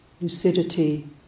lucidity